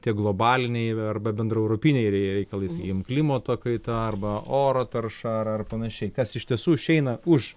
tie globaliniai arba bendraeuropiniai reikalai sakykim klimato kaita arba oro tarša ar ar panašiai kas iš tiesų išeina už